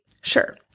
sure